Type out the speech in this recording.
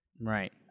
Right